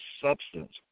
substance